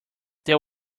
there